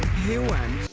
he went.